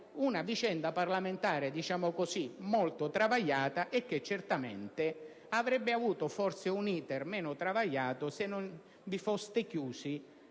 una vicenda parlamentare molto travagliata, che certamente avrebbe avuto un *iter* meno travagliato se non vi foste chiusi